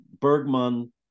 bergman